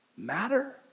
matter